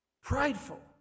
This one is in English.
Prideful